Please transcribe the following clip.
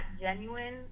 Genuine